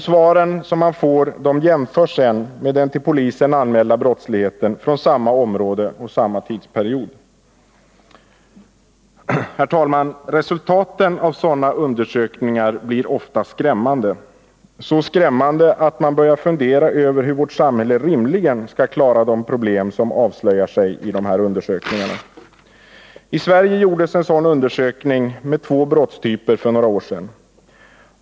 Svaren jämförs sedan med den till polisen anmälda brottsligheten från samma område och samma tidsperiod. Herr talman! Resultaten av sådana undersökningar blir ofta skrämmande, så skrämmande att man börjar fundera över hur vårt samhälle rimligen skall klara de problem som avslöjar sig i dessa undersökningar. I Sverige gjordes en sådan undersökning med två brottstyper för några år sedan.